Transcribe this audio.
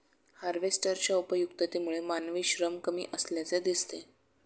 हार्वेस्टरच्या उपयुक्ततेमुळे मानवी श्रम कमी असल्याचे दिसते